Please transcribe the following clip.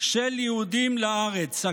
של יהודים לארץ,